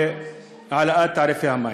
להעלאת תעריפי המים.